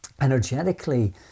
energetically